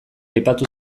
aipatu